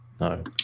No